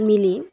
মিলি